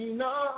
no